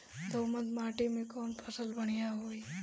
दोमट माटी में कौन फसल बढ़ीया होई?